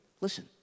Listen